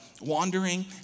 wandering